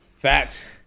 Facts